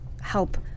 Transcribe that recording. help